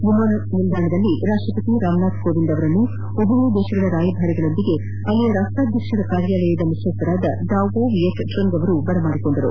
ವಿಮಾನ ನಿಲ್ದಾಣದಲ್ಲಿ ರಾಷ್ಷಪತಿ ರಾಮನಾಥ್ ಕೋವಿಂದ್ ಅವರನ್ನು ಉಭಯ ದೇಶಗಳ ರಾಯಭಾರಿಗಳೊಂದಿಗೆ ಅಲ್ಲಿನ ರಾಷ್ಷಾದ್ಯಕ್ತರ ಕಾರ್ಯಾಲಯದ ಮುಖ್ಯಸ್ವ ಡಾವೋ ವಿಯೆಟ್ ಟ್ರಂಗ್ ಅವರು ಬರಮಾಡಿಕೊಂಡರು